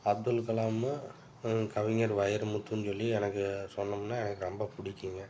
அப்துல்கலாம் கவிஞர் வைரமுத்துன்னு சொல்லி எனக்கு சொன்னமுன்னா எனக்கு ரொம்ப பிடிக்குங்க